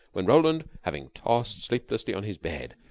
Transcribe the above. when roland, having tossed sleeplessly on his bed,